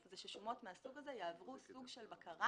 הוא ששומות מהסוג הזה יעברו סוג של בקרה